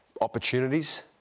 opportunities